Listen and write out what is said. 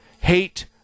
hate